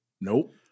Nope